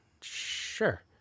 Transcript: Sure